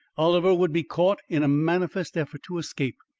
oliver would be caught in a manifest effort to escape,